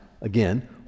again